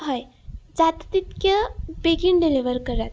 हय जाता तितके बेगीन डिलिव्हर करात